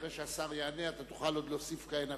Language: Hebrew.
אחרי שהשר יענה, תוכל להוסיף עוד כהנה וכהנה.